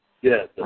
Yes